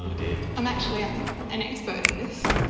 um dear. i'm actually an expert in this.